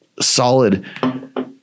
solid